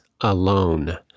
alone